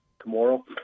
tomorrow